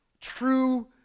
true